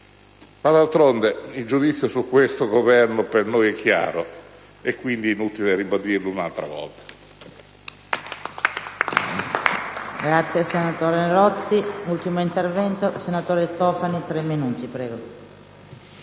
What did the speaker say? divisione. Il giudizio su questo Governo per noi è chiaro, quindi è inutile ribadirlo un'altra volta.